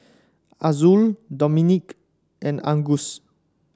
Azul Dominique and Angus